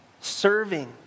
serving